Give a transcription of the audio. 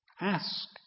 ask